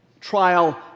trial